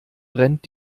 brennt